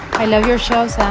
i love your show, sam.